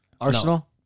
Arsenal